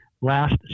last